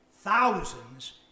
thousands